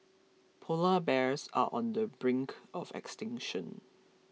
Polar Bears are on the brink of extinction